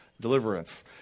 deliverance